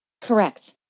Correct